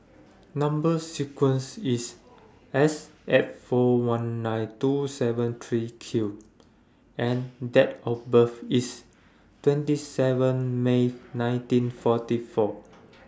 Number sequence IS S eight four one nine two seven three Q and Date of birth IS twenty seven May nineteen forty four